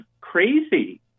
crazy